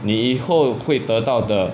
你以后会得到的